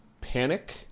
panic